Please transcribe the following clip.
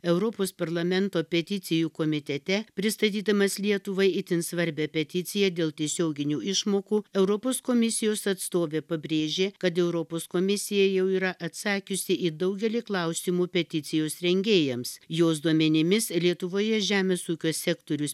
europos parlamento peticijų komitete pristatydamas lietuvai itin svarbią peticiją dėl tiesioginių išmokų europos komisijos atstovė pabrėžė kad europos komisija jau yra atsakiusi į daugelį klausimų peticijos rengėjams jos duomenimis lietuvoje žemės ūkio sektorius